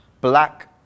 black